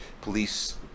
police